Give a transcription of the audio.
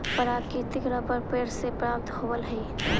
प्राकृतिक रबर पेड़ से प्राप्त होवऽ हइ